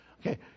Okay